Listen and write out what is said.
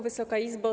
Wysoka Izbo!